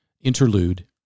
interlude